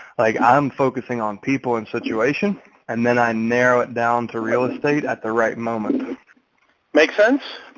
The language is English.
like i'm focusing on people and situation and then i narrow it down to real estate at the right moment. make sense?